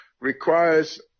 requires